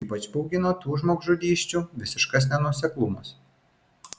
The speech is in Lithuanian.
ypač baugino tų žmogžudysčių visiškas nenuoseklumas